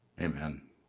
Amen